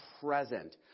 present